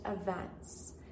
events